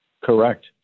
Correct